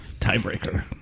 tiebreaker